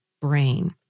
brain